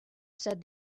said